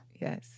Yes